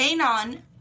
Anon